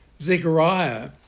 Zechariah